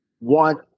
want